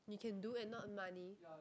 you can do and not money